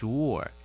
Sure